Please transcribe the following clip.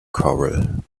corral